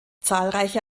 zahlreiche